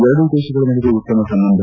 ಎರಡೂ ದೇಶಗಳ ನಡುವೆ ಉತ್ತಮ ಸಂಬಂಧ